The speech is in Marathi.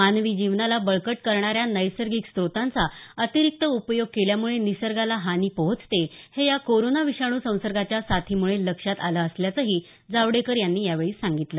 मानवी जीवनाला बळकट करणाऱ्या नैसर्गिक स्त्रोतांचा अतिरीक्त उपयोग केल्यामुळे निसर्गाला हानी पोहोचते हे या कोरोना विषाणू संसर्गाच्या साथीमुळे लक्षात आलं असल्याचंही जावडेकर यांनी यावेळी सांगितलं